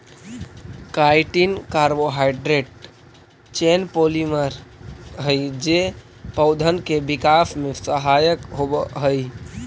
chitin carbohydrate chain polymer हई जे पौधन के विकास में सहायक होवऽ हई